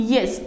Yes